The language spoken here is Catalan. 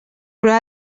però